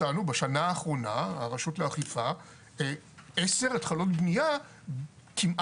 מצאנו בשנה האחרונה עשר התחלות בנייה שכמעט